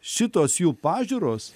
šitos jų pažiūros